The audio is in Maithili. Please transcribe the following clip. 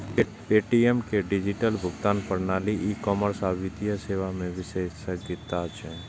पे.टी.एम के डिजिटल भुगतान प्रणाली, ई कॉमर्स आ वित्तीय सेवा मे विशेषज्ञता छै